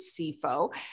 SIFO